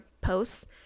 posts